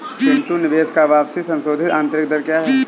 पिंटू निवेश का वापसी संशोधित आंतरिक दर क्या है?